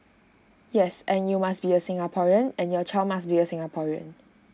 yes and you must be a singaporean and your child must be a singaporean